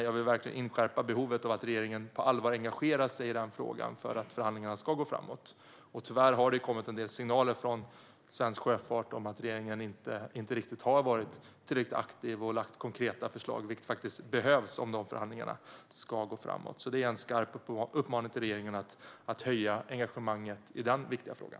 Jag vill verkligen inskärpa behovet av att regeringen på allvar engagerar sig i den frågan för att förhandlingarna ska gå framåt, för tyvärr har det kommit en del signaler från svensk sjöfart om att regeringen inte har varit tillräckligt aktiv och lagt konkreta förslag, vilket faktiskt behövs om dessa förhandlingar ska gå framåt. Det är en skarp uppmaning till regeringen att höja engagemanget i den viktiga frågan.